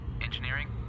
Engineering